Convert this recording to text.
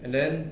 and then